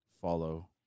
follow